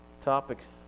topics